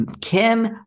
Kim